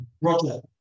Roger